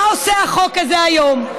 מה עושה החוק הזה היום?